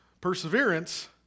Perseverance